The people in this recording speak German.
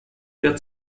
der